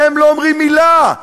והם לא אומרים מילה.